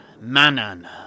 Manan